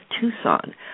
Tucson